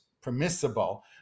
permissible